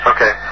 Okay